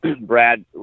Brad